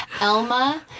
Elma